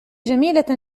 جميلة